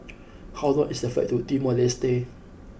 how long is the flight to Timor Leste